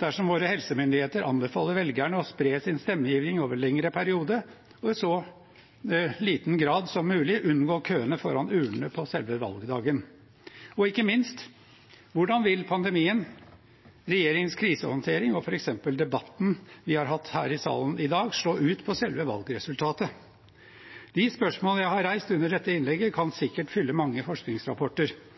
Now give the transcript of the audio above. dersom våre helsemyndigheter anbefaler velgerne å spre sin stemmegivning over en lengre periode, så de i så liten grad som mulig står i kø foran urnene på selve valgdagen? Og ikke minst: Hvordan vil pandemien, regjeringens krisehåndtering og f.eks. debatten vi har hatt her i salen tidligere i dag, slå ut på selve valgresultatet? De spørsmålene jeg har reist under dette innlegget, kan sikkert fylle mange forskningsrapporter.